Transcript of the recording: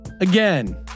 again